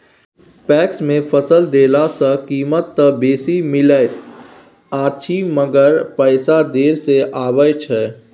PACS मे फसल देला सॅ कीमत त बेसी मिलैत अछि मगर पैसा देर से आबय छै